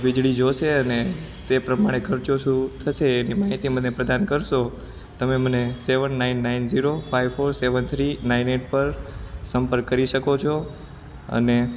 વીજળી જોશે અને તે પ્રમાણે ખર્ચો શું થશે એની માહિતી મને પ્રદાન કરશો તમે મને seven nine nine zero five four seven three nine eight પર સંપર્ક કરી શકો છો અને